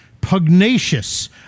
pugnacious